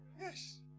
Yes